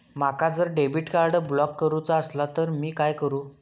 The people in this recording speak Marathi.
माका जर डेबिट कार्ड ब्लॉक करूचा असला तर मी काय करू?